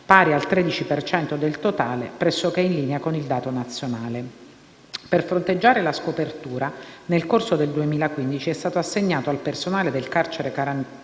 per cento del totale, pressoché in linea con il dato nazionale. Per fronteggiare la scopertura, nel corso del 2015, è stato assegnato al personale del carcere tarantino